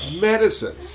Medicine